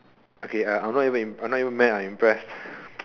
okay uh I'm not even I'm not even mad I'm impressed